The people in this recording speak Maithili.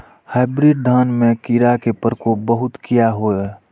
हाईब्रीड धान में कीरा के प्रकोप बहुत किया होया?